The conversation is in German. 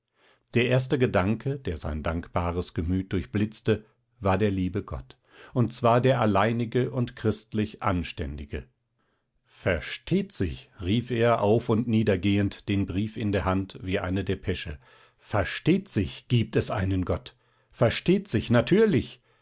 der erste gedanke der sein dankbares gemüt durchblitzte war der liebe gott und zwar der alleinige und christlich anständige versteht sich rief er auf und nieder gehend den brief in der hand wie eine depesche versteht sich gibt es einen gott versteht sich natürlich